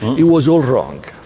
it was all wrong.